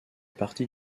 partie